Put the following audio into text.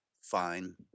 fine